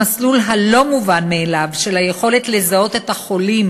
המסלול הלא-מובן-מאליו של היכולת לזהות את החולים